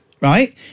Right